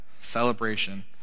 celebration